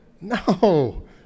No